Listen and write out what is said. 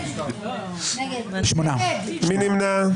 מי נמנע?